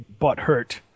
butthurt